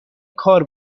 کار